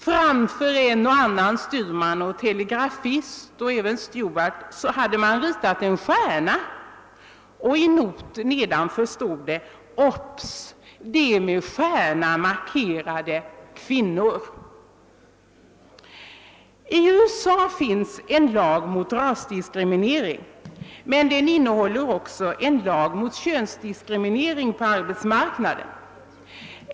Framför en och annan telegrafist och kanske även steward hade man ritat en stjärna, och i en not nedtill stod det: Obs! De med stjärna markerade kvinnliga! I USA finns en lag mot rasdiskriminering. Den lagen innehåller också en lag mot könsdiskriminering på arbetsmarknaden.